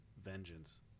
vengeance